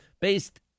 based